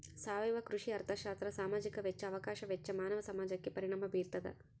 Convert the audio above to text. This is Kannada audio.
ಸಾವಯವ ಕೃಷಿ ಅರ್ಥಶಾಸ್ತ್ರ ಸಾಮಾಜಿಕ ವೆಚ್ಚ ಅವಕಾಶ ವೆಚ್ಚ ಮಾನವ ಸಮಾಜಕ್ಕೆ ಪರಿಣಾಮ ಬೀರ್ತಾದ